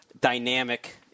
dynamic